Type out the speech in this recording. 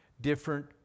different